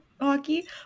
hockey